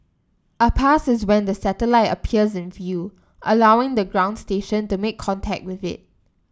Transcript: a pass is when the satellite appears in view allowing the ground station to make contact with it